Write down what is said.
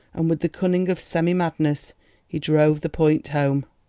and with the cunning of semi-madness he drove the point home.